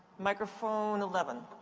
microphone eleven.